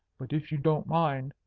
but if you don't mind,